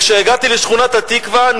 כשהגעתי לשכונת התקווה,